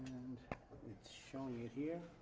it's showing it here